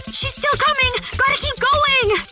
she's still coming! gotta keep going!